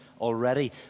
already